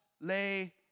lay